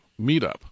meetup